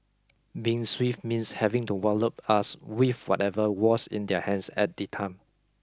being swift means having to wallop us with whatever was in their hands at the time